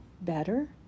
better